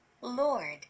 Lord